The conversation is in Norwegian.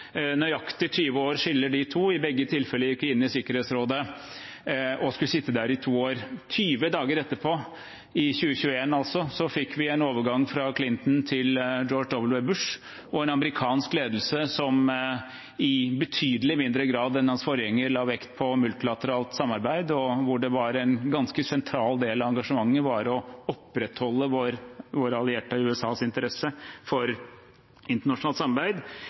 i begge tilfeller gikk vi inn i Sikkerhetsrådet og skulle sitte der i to år. 20 dager etterpå, altså i 2001, fikk vi en overgang fra Bill Clinton til George W. Bush og en amerikansk ledelse som i betydelig mindre grad enn forgjengeren la vekt på multilateralt samarbeid, og hvor en ganske sentral del av engasjementet vårt var å opprettholde vår allierte USAs interesse for internasjonalt samarbeid.